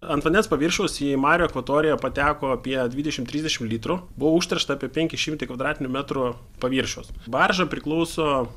ant vandens paviršiaus į marių akvatoriją pateko apie dvidešimt trisdešimt litrų buvo užteršta apie penki šimtai kvadratinių metrų paviršiaus barža priklauso